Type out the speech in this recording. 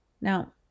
Now